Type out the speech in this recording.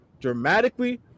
dramatically